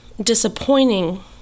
disappointing